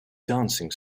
dancing